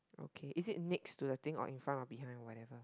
okay it is next to the thing or in front or behind or whatever